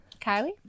Kylie